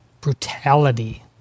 brutality